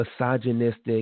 misogynistic